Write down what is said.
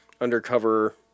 undercover